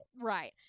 Right